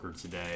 today